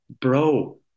bro